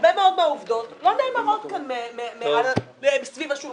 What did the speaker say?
הרבה מאוד מהעובדות לא נאמרות כאן סביב השולחן.